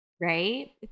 right